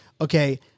okay